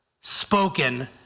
spoken